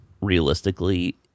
realistically